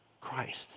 Christ